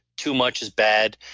too much is bad,